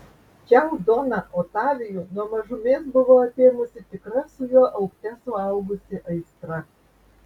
čiau doną otavijų nuo mažumės buvo apėmusi tikra su juo augte suaugusi aistra